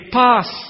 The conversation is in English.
pass